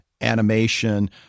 animation